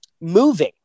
moving